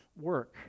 work